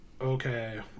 okay